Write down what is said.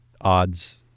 odds